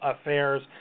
Affairs